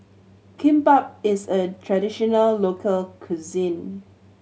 kimbap is a traditional local cuisine